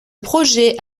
projet